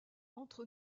entre